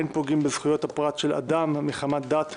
אין פוגעים בזכויות הפרט של אדם מחמת דת,